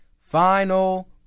final